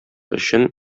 өчен